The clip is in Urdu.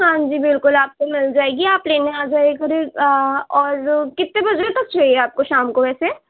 ہاں جی بالکل آپ کو مل جائے گی آپ لینے آ جائیے کریں اور کتنے بجے تک چاہیے آپ کو شام کو ویسے